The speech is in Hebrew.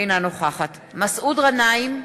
אינה נוכחת מסעוד גנאים,